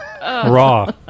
Raw